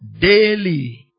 daily